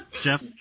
jeff